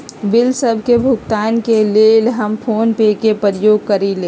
bill सभ के भुगतान के लेल हम फोनपे के प्रयोग करइले